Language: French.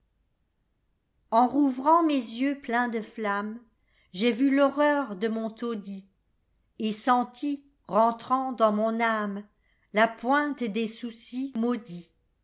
en rouvrant mes yeux pleins de flammej'ai vu l'horreur de mon taudis i senti rentrant dans mon âme la pointe des soucis maudits